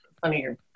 funnier